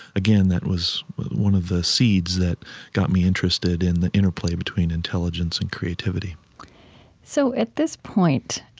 again, that was one of the seeds that got me interested in the interplay between intelligence and creativity so at this point,